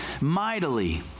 mightily